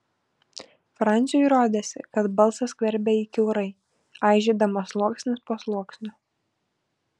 franciui rodėsi kad balsas skverbia jį kiaurai aižydamas sluoksnis po sluoksnio